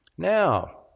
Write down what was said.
Now